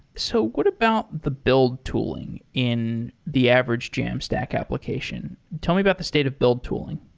so what about the build tooling in the average jamstack application? tell me about the state of build tooling